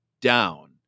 down